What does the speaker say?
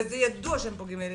וזה ידוע שהם פוגעים בילדים,